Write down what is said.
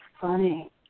funny